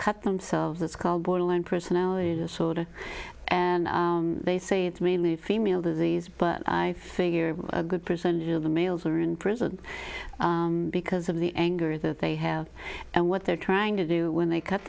cut themselves that's called borderline personality disorder and they say it's mainly a female disease but i figure a good percentage of the males are in prison because of the anger that they have and what they're trying to do when they cut